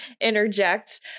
interject